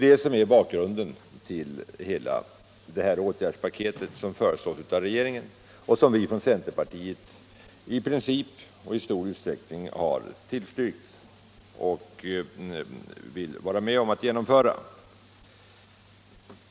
Detta är bakgrunden till hela det åtgärdspaket som föreslås av regeringen och som vi från centerpartiet i princip och i stor utsträckning har tillstyrkt och vill vara med om att genomföra.